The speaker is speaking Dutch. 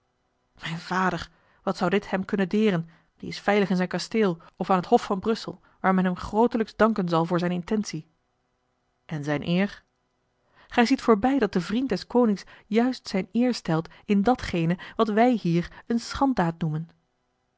mijn vader wat zou dit hem kunnen deren die is veilig in zijn kasteel of aan t hof van brussel waar men hem grootelijks danken zal voor zijne intentie en zijne eer gij ziet voorbij dat de vriend des konings juist zijne eer stelt in datgene wat wij hier eene schanddaad noemen